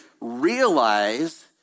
realize